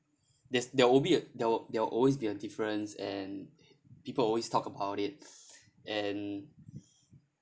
there's there will be uh there'll there'll always be a difference and people always talk about it and